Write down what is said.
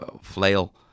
flail